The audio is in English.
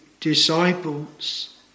disciples